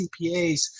CPAs